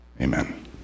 Amen